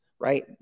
right